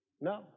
No